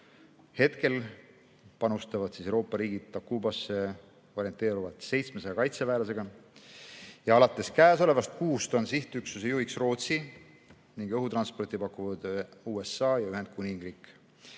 Hetkel panustavad Euroopa riigid Takubasse orienteeruvalt 700 kaitseväelasega. Alates käesolevast kuust on sihtüksuse juhiks Rootsi ning õhutransporti pakuvad USA ja Ühendkuningriik.